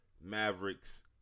Mavericks